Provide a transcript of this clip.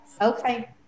Okay